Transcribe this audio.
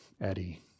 Eddie